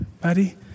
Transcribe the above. buddy